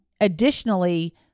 additionally